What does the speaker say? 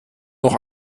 noch